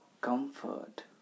comfort